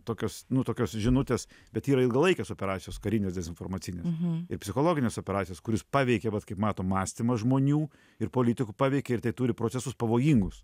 tokios nu tokios žinutės bet yra ilgalaikės operacijos karinės dezinformacinės ir psichologinės operacijos kuris paveikia vat kaip matom mąstymą žmonių ir politikų paveikia ir tai turi procesus pavojingus